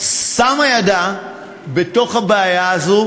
שמה ידה בתוך הבעיה הזאת